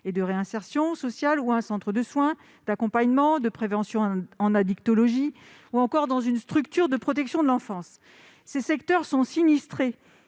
et de réinsertion sociale, dans un centre de soins, d'accompagnement et de prévention en addictologie ou encore dans une structure de la protection de l'enfance. Ces secteurs sont sinistrés.